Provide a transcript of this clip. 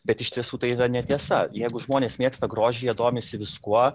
bet iš tiesų tai netiesa jeigu žmonės mėgsta grožį jie domisi viskuo